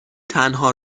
تنها